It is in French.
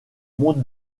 monde